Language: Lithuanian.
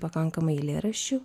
pakankamai eilėraščių